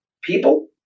people